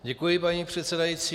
Děkuji, paní předsedající.